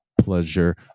pleasure